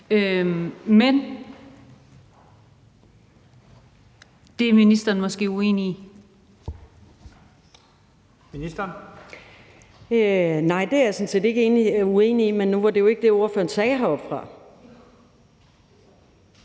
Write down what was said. (Pernille Rosenkrantz-Theil): Nej, det er jeg sådan set ikke uenig i, men nu var det jo ikke det, ordføreren sagde heroppefra.